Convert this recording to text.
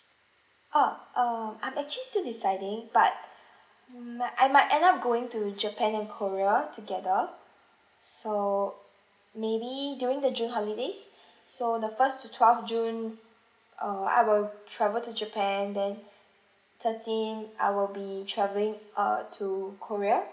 oh err I'm actually still deciding but might I might end up going to japan and korea together so maybe during the june holidays so the first to twelfth june uh I will travel to japan then thirteen I will be travelling uh to korea